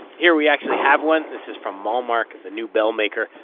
here we actually have one. this is from malmark, the new bell maker,